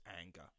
anger